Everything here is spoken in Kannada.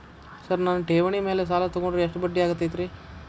ಸರ್ ನನ್ನ ಠೇವಣಿ ಮೇಲೆ ಸಾಲ ತಗೊಂಡ್ರೆ ಎಷ್ಟು ಬಡ್ಡಿ ಆಗತೈತ್ರಿ?